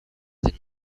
and